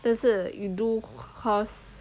但是 you do because